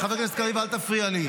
חבר הכנסת קריב, אל תפריע לי.